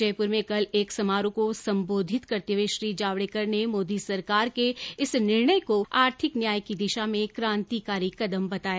जयपुर में कल एक समारोह को संबोधित करते हुए श्री जावड़ेकर ने मोदी सरकार के इस निर्णय को आर्थिक न्याय की दिशा में क्रांतिकारी कदम बताया